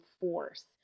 force